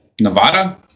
Nevada